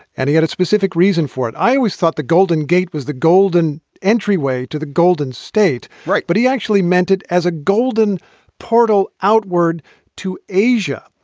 and he had a specific reason for it. i always thought the golden gate was the golden entry way to the golden state. right. but he actually meant it as a golden portal outward to asia.